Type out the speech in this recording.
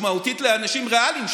משמעותית לאנשים ריאליים,